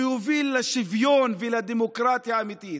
שיוביל לשוויון ולדמוקרטיה אמיתית.